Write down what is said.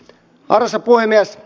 arvoisa puhemies